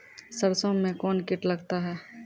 सरसों मे कौन कीट लगता हैं?